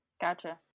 Gotcha